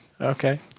okay